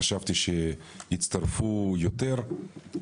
חשבתי שיצטרפו יותר,